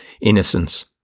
innocence